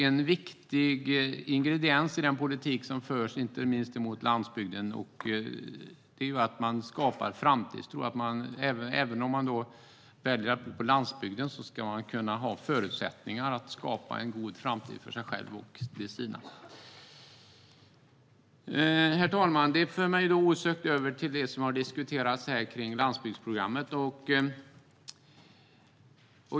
En viktig ingrediens i den politik som förs, inte minst för landsbygden, är att man skapar framtidstro. Även om människor väljer att bo på landsbygden ska de kunna ha förutsättningar att skapa en god framtid för sig själva och de sina. Herr talman! Detta för mig osökt över till det som har diskuterats här om landsbygdsprogrammet.